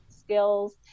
skills